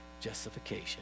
justification